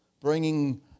bringing